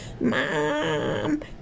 Mom